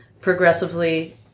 progressively